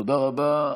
תודה רבה.